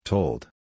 Told